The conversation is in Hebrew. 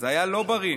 זה היה לא בריא,